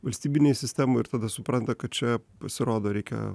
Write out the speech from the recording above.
valstybinėj sistemoj ir tada supranta kad čia pasirodo reikia